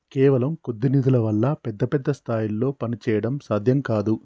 కేవలం కొద్ది నిధుల వల్ల పెద్ద పెద్ద స్థాయిల్లో పనిచేయడం సాధ్యం కాదు